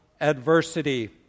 adversity